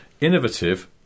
innovative